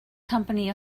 company